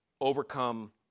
overcome